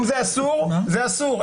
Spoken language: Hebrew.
אם זה אסור זה אסור,